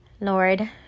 Lord